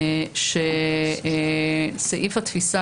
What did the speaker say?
סעיף התפיסה,